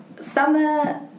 summer